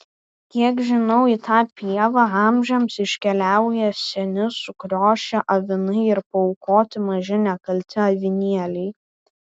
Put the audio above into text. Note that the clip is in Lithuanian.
kiek žinau į tą pievą amžiams iškeliauja seni sukriošę avinai ir paaukoti maži nekalti avinėliai